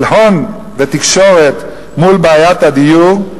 של הון ותקשורת מול בעיית הדיור,